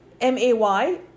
M-A-Y